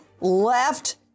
left